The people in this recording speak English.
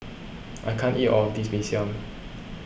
I can't eat all of this Mee Siam